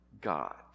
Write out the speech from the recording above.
God